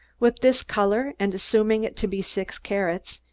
with this color, and assuming it to be six carats,